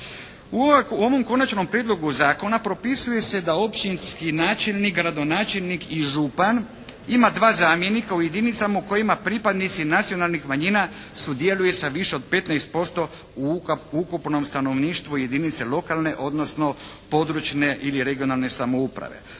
U ovom konačnom prijedlogu zakona propisuje se da općinski načelnik, gradonačelnik i župan ima dva zamjenika u jedinicama u kojima pripadnici nacionalnih manjina sudjeluju sa više od 15% u ukupnom stanovništvu jedinice lokalne, odnosno područne ili regionalne samouprave